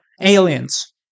Aliens